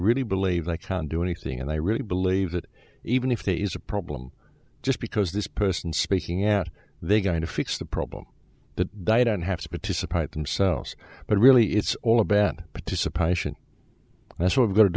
really believe that con do anything and i really believe that even if there is a problem just because this person speaking out they're going to fix the problem that died and have to participate themselves but really it's all a bad participation that's what we're going to